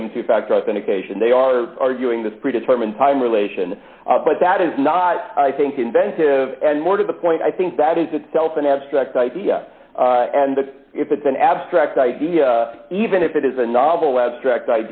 claim two factor authentication they are arguing this pre determined time relation but that is not i think inventive and more to the point i think that is itself an abstract idea and if it's an abstract idea even if it is a novel abstract